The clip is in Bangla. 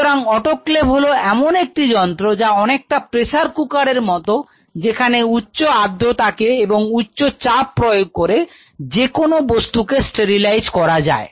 সুতরাং অটোক্লেভ হলো এমন একটি যন্ত্র যা অনেকটা প্রেসার কুকার এর মত যেখানে উচ্চ আর্দ্রতা কে এবং উচ্চ চাপ প্রয়োগ করে যে কোন বস্তুকে স্টেরিলাইজ করা যায়